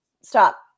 stop